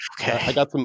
Okay